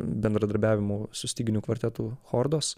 bendradarbiavimu su styginių kvartetu chordos